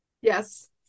yes